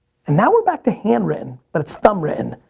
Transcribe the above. and now we're back to handwritten, but it's thumb written,